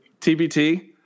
TBT